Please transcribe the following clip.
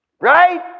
right